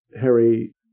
Harry